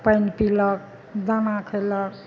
पानि पिलक दाना खयलक